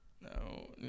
no